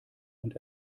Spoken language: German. und